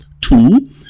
two